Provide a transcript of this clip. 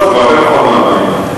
לא, כבר הרבה פחות מ-40.